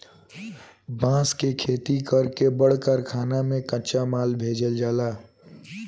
बांस के खेती कर के बड़ कारखाना में कच्चा माल भेजल जाला